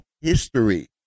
history